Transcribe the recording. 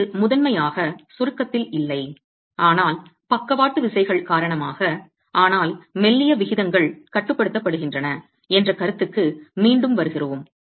இது முதன்மையாக சுருக்கத்தில் இல்லை ஆனால் பக்கவாட்டு விசைகள் காரணமாக ஆனால் மெல்லிய விகிதங்கள் கட்டுப்படுத்தப்படுகின்றன என்ற கருத்துக்கு மீண்டும் வருகிறோம்